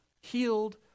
healed